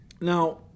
Now